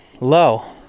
low